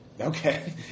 Okay